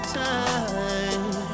time